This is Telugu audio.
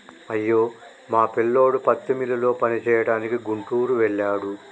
అయ్యో మా పిల్లోడు పత్తి మిల్లులో పనిచేయడానికి గుంటూరు వెళ్ళాడు